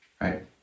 Right